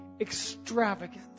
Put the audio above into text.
extravagant